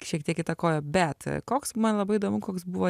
šiek tiek įtakojo bet koks man labai įdomu koks buvo